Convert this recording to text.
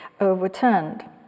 overturned